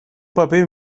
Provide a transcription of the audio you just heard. paper